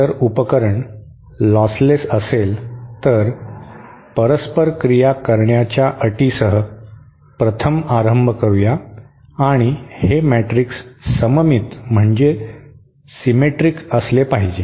जर उपकरण लॉसलेस असेल तर परस्पर क्रिया करण्याच्या अटीसह प्रथम प्रारंभ करू या आणि हे मॅट्रिक्स सममित म्हणजे सिमेट्रिक असले पाहिजे